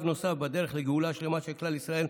נוסף בדרך לגאולה השלמה של כלל ישראל,